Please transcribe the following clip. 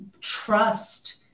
trust